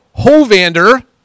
Hovander